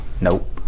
Nope